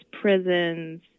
prisons